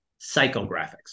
psychographics